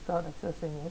start accessing it